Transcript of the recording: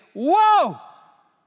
whoa